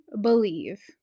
believe